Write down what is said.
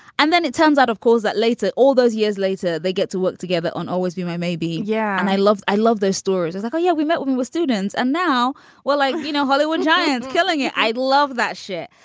and then it turns out, of course, that later, all those years later, they get to work together on always be. may may be. yeah. and i loved i love those stories. it's like, oh, yeah, we met. we were students. and now we're like, you know, hollywood giant killing you. i love that shit.